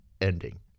ending